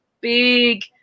big